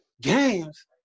Games